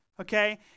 okay